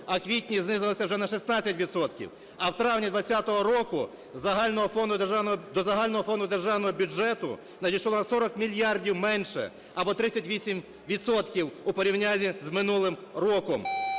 у квітні знизилася вже на 16 відсотків, а у травні 2020 року до загального Фонду державного бюджету надійшло на 40 мільярдів менше або 38 відсотків у порівнянні з минулим роком.